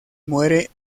muere